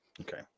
Okay